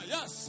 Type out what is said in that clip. Yes